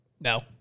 No